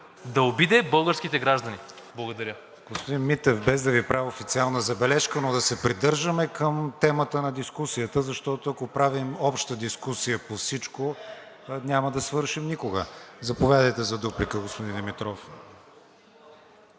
„Да обиди българските граждани.“ Благодаря. ПРЕДСЕДАТЕЛ КРИСТИАН ВИГЕНИН: Господин Митев, без да Ви правя официална забележка, но да се придържаме към темата на дискусията, защото, ако правим обща дискусия по всичко, няма да свършим никога. Заповядайте за дуплика, господин Димитров.